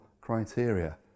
criteria